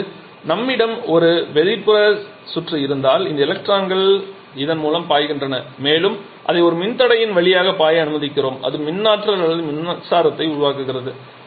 இப்போது நம்மிடம் ஒரு வெளிப்புற சுற்று இருந்தால் இந்த எலக்ட்ரான்கள் இதன் மூலம் பாய்கின்றன மேலும் அதை ஒரு மின்தடையின் வழியாகப் பாய அனுமதிக்கிறோம் அது மின் ஆற்றல் அல்லது மின்சாரத்தை உருவாக்குகிறது